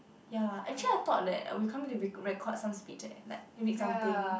ya actually I thought that we come here to record some speech eh like read something